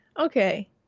okay